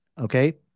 Okay